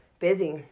Busy